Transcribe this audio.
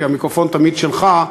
כי המיקרופון תמיד שלך,